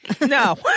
No